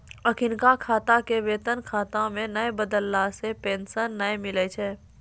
अखिनका खाता के वेतन खाता मे नै बदलला से पेंशन नै मिलै छै